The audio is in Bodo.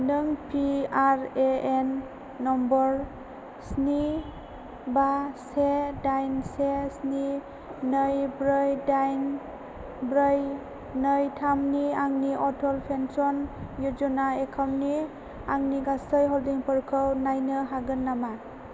नों P R A N number स्नि बा से दाइन से स्नि नै ब्रै दाइन ब्रै नै थाम नि आंनि अटल पेन्सन य'जना एकाउन्टनि आंनि गासै हल्डिंफोरखौ नायनो हागोन नामा